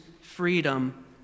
freedom